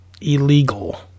illegal